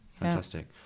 fantastic